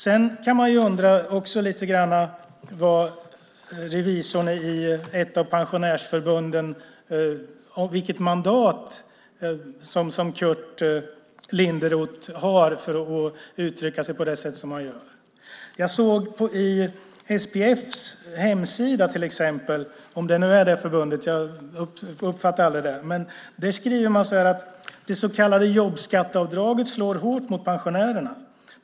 Man kan också undra lite vilket mandat revisorn i ett av pensionärsförbunden, Curt Linderoth, har för att uttrycka sig på det sätt som han gör. Jag såg på SPF:s hemsida till exempel - om det nu är det förbundet det handlar om; jag uppfattade aldrig det - att man skriver: "Det så kallade jobbskatteavdraget slår hårt mot pensionärerna.